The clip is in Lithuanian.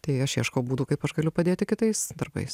tai aš ieškau būdų kaip aš galiu padėti kitais darbais